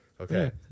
Okay